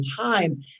time